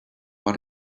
what